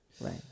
Right